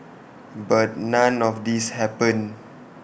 but none of this happened